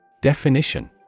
Definition